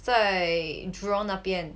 在 jurong 那边